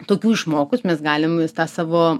tokių išmokus mes galim tą savo